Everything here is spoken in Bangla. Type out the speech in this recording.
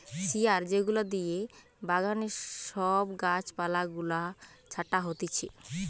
শিয়ার যেগুলা দিয়ে বাগানে সব গাছ পালা গুলা ছাটা হতিছে